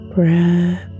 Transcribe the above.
Breath